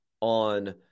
on